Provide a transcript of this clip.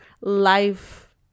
life